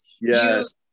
Yes